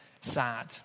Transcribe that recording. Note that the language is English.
sad